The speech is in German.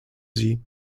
sie